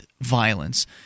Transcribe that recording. violence